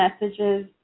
messages